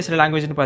language